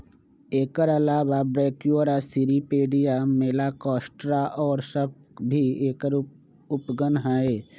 एकर अलावा Brachyura, Cirripedia, Malacostraca और सब भी एकर उपगण हई